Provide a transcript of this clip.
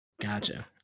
Gotcha